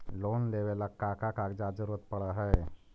Loan लेवेला का का कागजात जरूरत पड़ हइ?